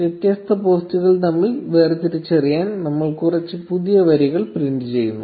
വ്യത്യസ്ത പോസ്റ്റുകൾ തമ്മിൽ വേർതിരിച്ചറിയാൻ നമ്മൾ കുറച്ച് പുതിയ വരികൾ പ്രിന്റ് ചെയുന്നു